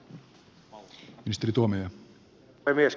herra puhemies